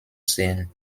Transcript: sehen